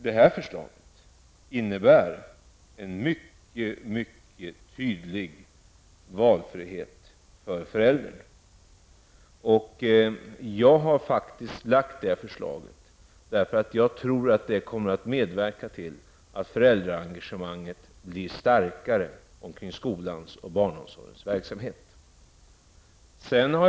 Detta förslag innebär en mycket tydlig valfrihet för föräldrarna. Jag har lagt fram förslaget därför att jag tror att det kommer att medverka till att föräldraengagemanget i skolans och barnomsorgens verksamheter blir starkare.